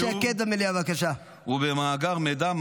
ובמאגר מידע,